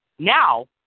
Now